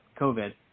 COVID